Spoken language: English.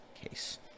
case